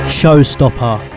Showstopper